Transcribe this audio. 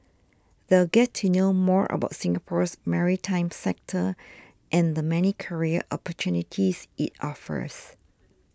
they'll get to know more about Singapore's maritime sector and the many career opportunities it offers